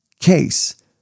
case